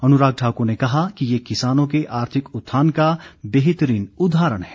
अनुराग ठाकुर ने कहा कि ये किसानों के आर्थिक उत्थान का बेहतरीन उदाहरण है